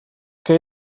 que